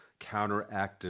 counteractive